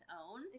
own